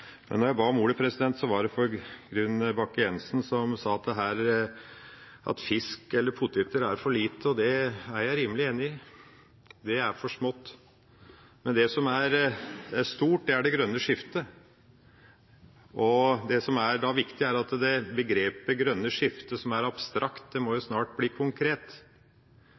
jeg ba om ordet, var det på grunn av Bakke-Jensen, som sa at fisk eller poteter er for lite. Det er jeg rimelig enig i – det er for smått. Men det som er stort, er det grønne skiftet, og det som er viktig, er at begrepet «det grønne skiftet», som er abstrakt, snart må bli konkret.